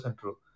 true